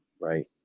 right